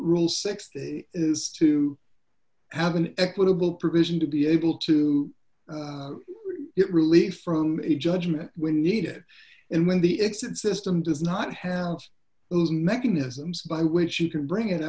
rule six the is to have an equitable provision to be able to get relief from a judgment when needed and when the exit system does not have those mechanisms by which you can bring i